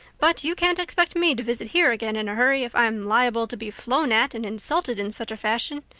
but you can't expect me to visit here again in a hurry, if i'm liable to be flown at and insulted in such a fashion.